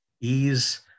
Ease